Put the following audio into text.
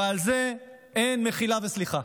ועל זה אין מחילה וסליחה.